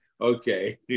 okay